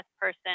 person